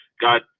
God